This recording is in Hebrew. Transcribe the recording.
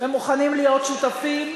והם מוכנים להיות שותפים.